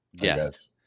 yes